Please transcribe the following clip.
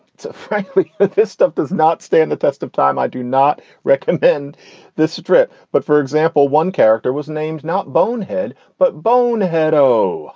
it's frankly that this stuff does not stand the test of time. i do not recommend this trip. but for example, one character was named not bonehead, but bone bonehead. oh,